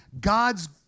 God's